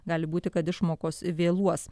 gali būti kad išmokos vėluos